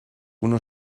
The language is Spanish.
uno